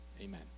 Amen